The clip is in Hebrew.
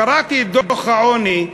קראתי את דוח העוני לאחרונה.